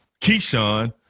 Keyshawn